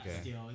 Okay